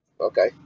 Okay